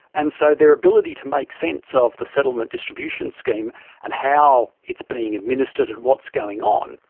and so their ability to make sense so of the settlement distribution scheme and how it's being administered and what's going on,